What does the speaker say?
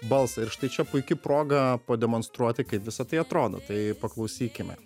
balsą ir štai čia puiki proga pademonstruoti kaip visa tai atrodo tai paklausykime